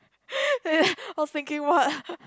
I was thinking what